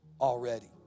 Already